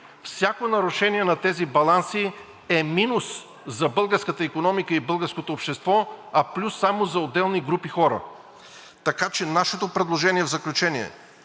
Всяко нарушение на тези баланси е минус за българската икономика и българското общество, а плюс само за отделни групи хора. Така че нашето предложение, в заключение,